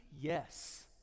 Yes